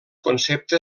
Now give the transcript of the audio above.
concepte